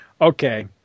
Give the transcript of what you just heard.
Okay